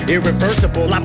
Irreversible